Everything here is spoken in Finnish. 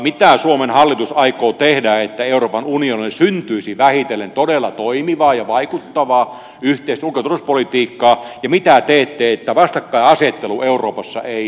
mitä suomen hallitus aikoo tehdä että euroopan unionille syntyisi vähitellen todella toimivaa ja vaikuttavaa yhteistä ulko ja turvallisuuspolitiikkaa ja mitä teette että vastakkainasettelu euroopassa ei kärjisty